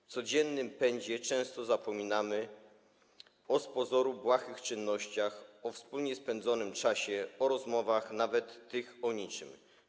W codziennym pędzie często zapominamy o z pozoru błahych czynnościach, o wspólnie spędzanym czasie, o rozmowach, nawet tych o niczym.